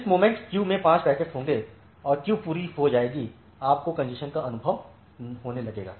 जिस moment queue में 5 packets होंगे और क्यू पूरी हो जाएगी आपको कॅन्जेशन का अनुभव होने लगेगा